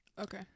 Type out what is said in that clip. Okay